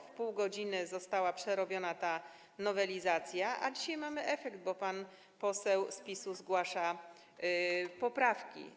W pół godziny została przerobiona ta nowelizacja, a dzisiaj mamy efekt, bo pan poseł z PiS-u zgłasza poprawki.